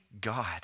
God